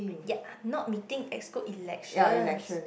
ya not meeting exclude election